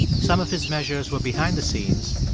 some of his measures were behind the scenes,